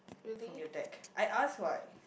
from your deck I ask what